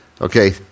okay